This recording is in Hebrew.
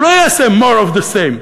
הוא לא יעשה more of the same,